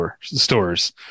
stores